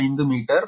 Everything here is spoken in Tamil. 5 மீட்டர் r 0